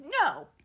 No